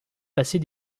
passer